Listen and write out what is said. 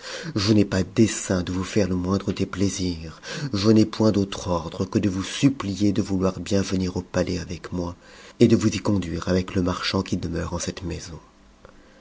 je n'ai pas dessein de vous faire le moindre déplaisir je n'ai point d'autre ordre que de vous supplier de vouloir bien venir au palais avec moi et de vous y conduire avec le marchand qui demeure en cette maison